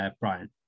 Brian